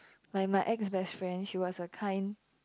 like my ex best friend she was a kind